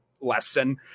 lesson